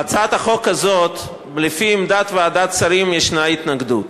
להצעת החוק הזאת, לפי עמדת ועדת שרים, יש התנגדות.